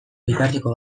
bitarteko